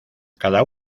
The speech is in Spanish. cada